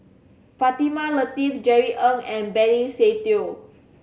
Fatimah Lateef Jerry Ng and Benny Se Teo